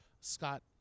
Scott